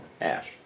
Ash